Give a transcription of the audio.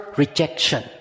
rejection